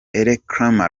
elcrema